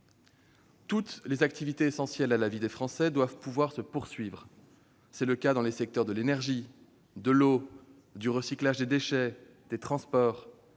Toutes les activités essentielles à la vie des Français doivent pouvoir se poursuivre. C'est le cas dans les secteurs de l'énergie, de l'eau, du recyclage des déchets, ou encore des transports.